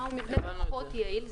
מהו מבנה פחות יעיל.